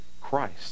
Christ